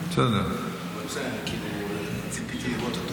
אדוני היושב בראש,